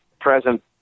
present